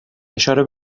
اشاره